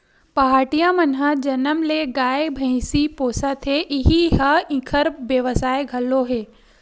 पहाटिया मन ह जनम ले गाय, भइसी पोसत हे इही ह इंखर बेवसाय घलो हे